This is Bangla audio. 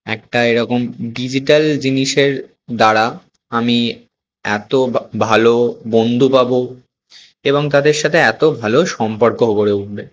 একটা এরকম ডিজিটাল জিনিসের দ্বারা আমি এতো বা ভালো বন্ধু পাবো এবং তাদের সাথে এতো ভালো সম্পর্ক গড়ে উঠবে